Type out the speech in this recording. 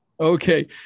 Okay